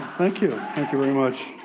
thank you. thank you very much.